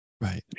Right